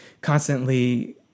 constantly